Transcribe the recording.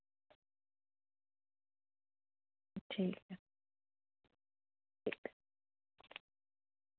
ठीक